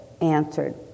answered